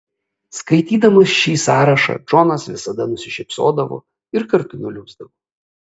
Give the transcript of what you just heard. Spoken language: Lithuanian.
skaitydamas šį sąrašą džonas visada nusišypsodavo ir kartu nuliūsdavo